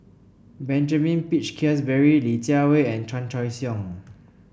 Benjamin Peach Keasberry Li Jiawei and Chan Choy Siong